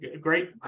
Great